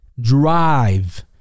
drive